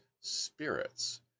spirits